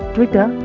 Twitter